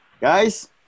guys